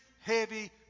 heavy